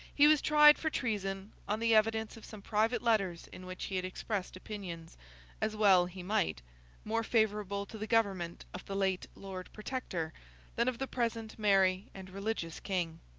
he was tried for treason, on the evidence of some private letters in which he had expressed opinions as well he might more favourable to the government of the late lord protector than of the present merry and religious king.